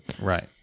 Right